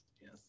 Yes